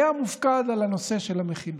היה מופקד על הנושא של המכינות.